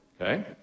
okay